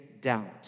doubt